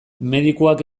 medikuak